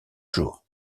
jour